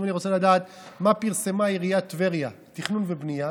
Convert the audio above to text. אם אני רוצה לדעת מה פרסמה עיריית טבריה בתכנון ובנייה,